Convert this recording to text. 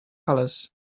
colors